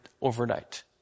overnight